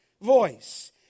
voice